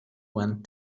went